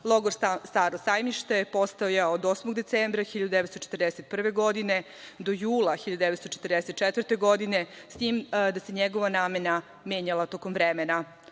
Staro sajmište postojao je od 8. decembra 1941. do jula 1944. godine, s tim da se njegova namena menjala tokom vremena.